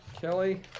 Kelly